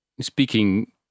speaking